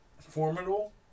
formidable